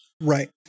right